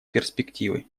перспективы